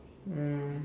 mm